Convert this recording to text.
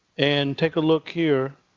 and take a look here.